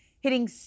hitting